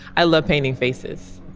i love painting faces.